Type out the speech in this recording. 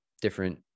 different